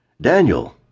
Daniel